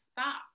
stop